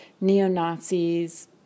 neo-Nazis